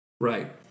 Right